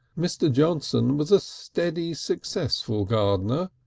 mr. johnson was a steady, successful gardener,